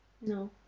No